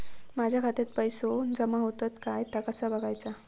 माझ्या खात्यात पैसो जमा होतत काय ता कसा बगायचा?